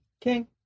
King